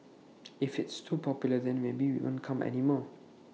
if it's too popular then maybe we won't come anymore